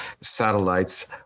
satellites